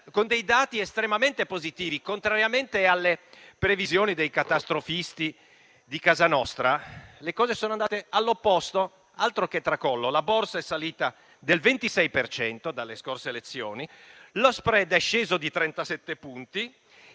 con dati estremamente positivi. Contrariamente alle previsioni dei catastrofisti di casa nostra, le cose sono andate all'opposto. Altro che tracollo: la borsa è salita del 26 per cento dalle scorse elezioni, lo *spread* è sceso di 37 punti,